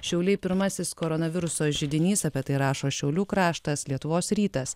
šiauliai pirmasis koronaviruso židinys apie tai rašo šiaulių kraštas lietuvos rytas